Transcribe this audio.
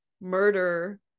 murder